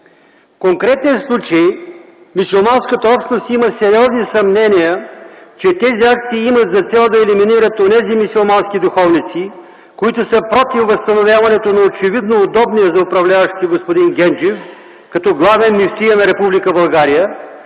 В конкретния случай мюсюлманската общност има сериозни съмнения, че тези акции имат за цел да елиминират онези мюсюлмански духовници, които са против възстановяването на очевидно удобния за управляващите господин Генджев като главен мюфтия на Република